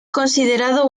considerado